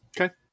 Okay